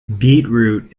beetroot